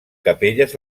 capelles